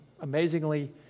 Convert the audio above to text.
amazingly